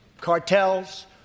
cartels